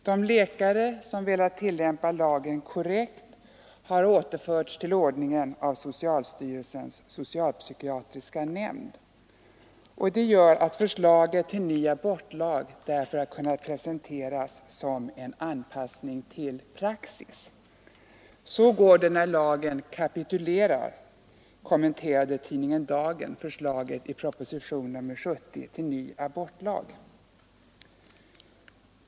De läkare som velat tillämpa lagen korrekt har återförts till ordningen av socialstyrelsens socialpsykiatriska nämnd. Det gör att förslaget till en ny abortlag har kunnat presenteras som en anpassning till praxis. Så går det när lagen kapitulerar, kommenterade tidningen Dagen förslaget i propositionen 70 till ny abortlag.